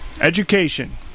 Education